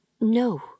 no